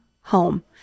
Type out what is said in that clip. home